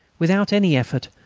without any effort,